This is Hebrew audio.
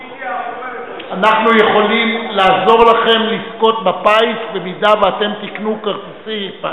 אנחנו יכולים לעזור לכם לזכות בפיס אם אתם תקנו כרטיסי פיס,